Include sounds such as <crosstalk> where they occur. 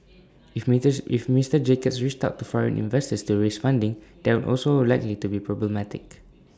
<noise> if <unintelligible> if Mister Jacobs reached out to foreign investors to raise funding that would also A likely to be problematic